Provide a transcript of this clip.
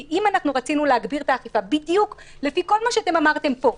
כי אם רצינו להגביר את האכיפה בדיוק לפי כל מה שאתם אמרתם פה,